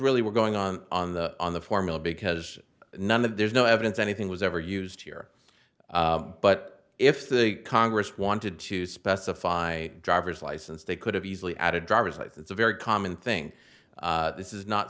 really we're going on on the on the formula because none of there's no evidence anything was ever used here but if the congress wanted to specify driver's license they could have easily out a driver's license a very common thing this is not